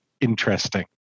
interesting